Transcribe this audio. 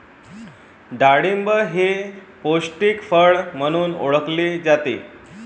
डाळिंब हे पौष्टिक फळ म्हणून ओळखले जाते